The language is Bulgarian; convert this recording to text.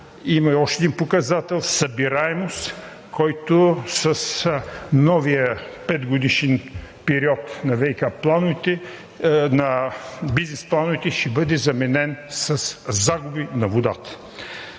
Има и още един показател – събираемост, който с новия петгодишен период на бизнес плановете ще бъде заменен със загуби на водата.